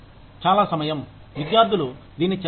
చాలా సమయం విద్యార్థులు దీన్ని చేస్తారు